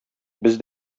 без